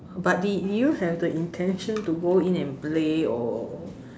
but did did you have the intention to go in and play or